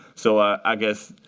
so i i guess,